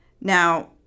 Now